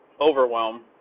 overwhelm